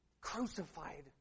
crucified